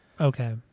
okay